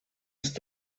ist